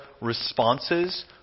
responses